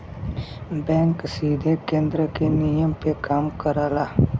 bank सीधे केन्द्र के नियम पे काम करला